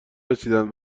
رسیدن